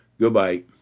Goodbye